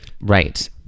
Right